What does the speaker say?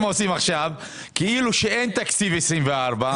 עושים עכשיו זה כאילו שאין תקציב 2024,